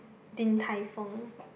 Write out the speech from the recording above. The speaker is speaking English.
Din Tai Fung